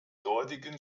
dortigen